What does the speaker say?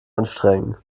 anstrengen